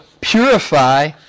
purify